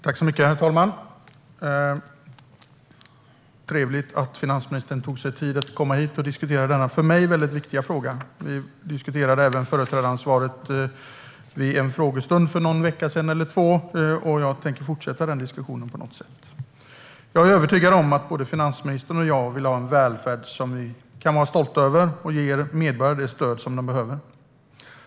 Herr talman! Det är trevligt att finansministern tar sig tid att komma hit och diskutera denna för mig viktiga fråga. Vi diskuterade även företrädaransvaret på en frågestund häromveckan, och jag tänker fortsätta den diskussionen. Jag är övertygad om att både finansministern och jag vill ha en välfärd som vi kan vara stolta över och som ger medborgarna det stöd de behöver.